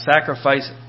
sacrifice